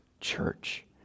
church